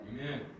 Amen